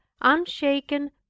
unshaken